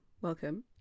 welcome